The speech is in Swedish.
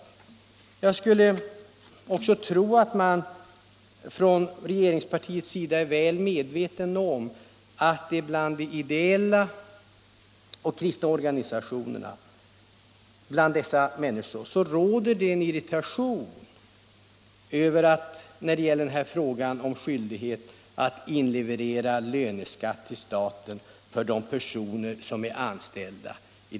Jag skulle också tro att man inom regeringspartiet är väl medveten om att det bland de ideella och kristna organisationerna råder en irritation över skyldigheten att inleverera löneskatt till staten för de personer som de har anställda.